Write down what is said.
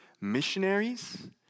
missionaries